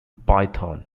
python